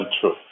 true